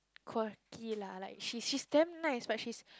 quirky lah like she's she's damn nice but she's